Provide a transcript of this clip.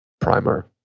primer